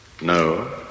No